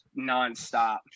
nonstop